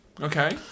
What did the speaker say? Okay